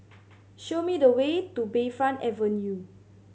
show me the way to Bayfront Avenue